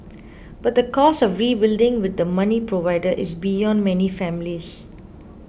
but the cost of rebuilding with the money provided is beyond many families